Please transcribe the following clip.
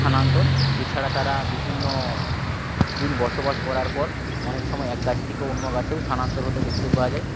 স্থানান্তর এছাড়া তারা বিভিন্ন দিন বসবাস করার পর অনেক সময় এক গাছ থেকে অন্য গাছেও স্থানান্তর হতে দেখতে পাওয়া যায়